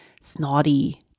snotty